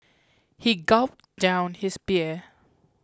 he gulped down his beer